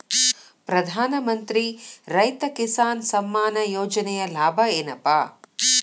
ಪ್ರಧಾನಮಂತ್ರಿ ರೈತ ಕಿಸಾನ್ ಸಮ್ಮಾನ ಯೋಜನೆಯ ಲಾಭ ಏನಪಾ?